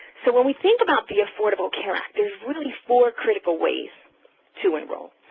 so when we think about the affordable care act, there's really four critical ways to enroll,